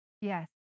Yes